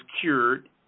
cured